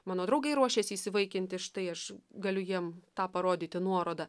mano draugai ruošiasi įsivaikinti štai aš galiu jiem tą parodyti nuorodą